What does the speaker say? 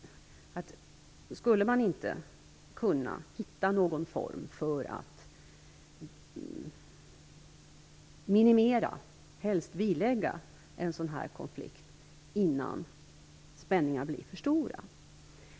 Skulle man inte hitta någon form för att minimera, helst bilägga, en sådan här konflikt innan spänningarna blir för stora?